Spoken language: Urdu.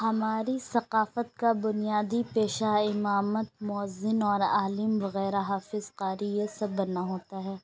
ہماری ثقافت کا بنیادی پیشہ امامت مؤذن اور عالم وغیرہ حافظ قاری یہ سب بننا ہوتا ہے